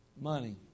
Money